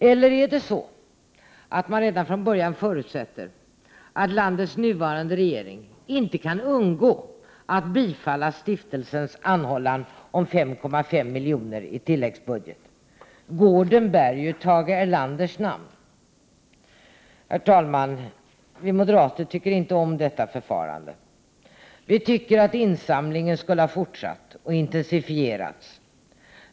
Eller är det så att man redan från början förutsätter att landets nuvarande regering inte kan undgå att bifalla stiftelsens anhållan om 5,5 miljoner från tilläggsbudgeten? Gården bär ju Tage Erlanders namn. Herr talman! Vi moderater tycker inte om detta förfarande. Vi tycker att insamlingen skulle ha fortsatt och intensifierats.